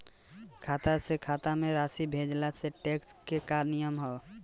खाता से खाता में राशि भेजला से टेक्स के का नियम ह?